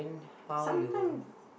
some time